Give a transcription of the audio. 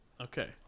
Okay